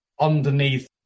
underneath